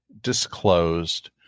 disclosed